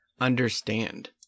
understand